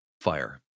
fire